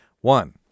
one